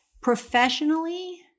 professionally